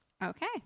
Okay